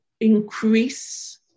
increase